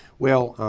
well,